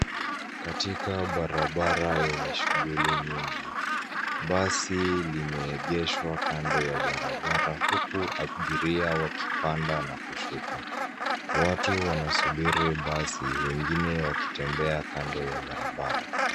Katika barabara yenye shughuli nyingi, basi limeegeshwa kando ya barabara huku abiria wakipanda na kushuka. Watu wanasubiri wengine wakitembea kando ya barabara.